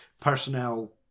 personnel